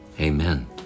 Amen